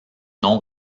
non